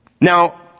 Now